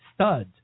studs